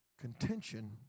Contention